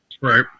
Right